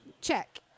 Check